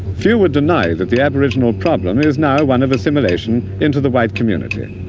few would deny that the aboriginal problem is now one of assimilation into the white community.